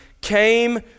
came